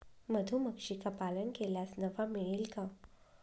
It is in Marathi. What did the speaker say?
मधुमक्षिका पालन केल्यास नफा मिळेल का?